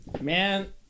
man